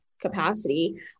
capacity